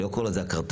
אני לא קורא לזה קרטל,